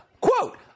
quote